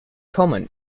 common